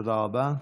תודה רבה.